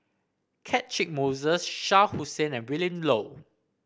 Catchick Moses Shah Hussain and Willin Low